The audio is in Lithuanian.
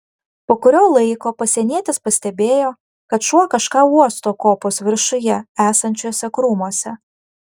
po kurio laiko pasienietis pastebėjo kad šuo kažką uosto kopos viršuje esančiuose krūmuose